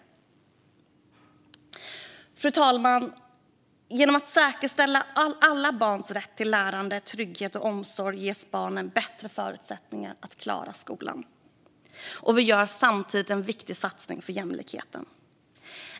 Fru talman! Genom att säkerställa alla barns rätt till lärande, trygghet och omsorg ges barnen bättre förutsättningar att klara skolan, och vi gör samtidigt en viktig satsning för jämlikheten.